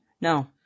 No